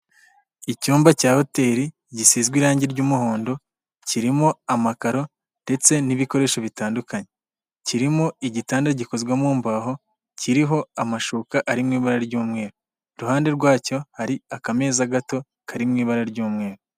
Icyumba cya hoteli gisizwe irangi ry'umuhondo, kirimo amakaro ndetse n'ibikoresho bitandukanye. Kirimo igitanda gikozwe mu mbaho, kiriho amashuka ari mu ibara ry'umweru, iruhande rwacyo hari akameza gato kari mu ibara ry'umweru.